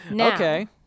Okay